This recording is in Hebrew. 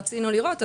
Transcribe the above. רצינו לראות,